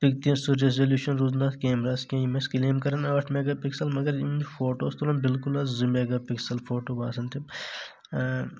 بلکہِ سُہ ریزلیوٗشن روٗز نہٕ اتھ کیمراہَس کیٚنٛہہ یِم ٲسۍ کلیم کران ٲٹھ میگا پِکسل مگر یِم فوٹو اوس تُلان بالکُل حظ زٕ میگا پِکسل فوٹو باسان تِم